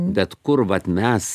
bet kur vat mes